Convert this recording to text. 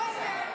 קרויזר.